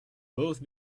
both